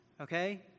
Okay